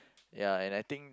ya and I think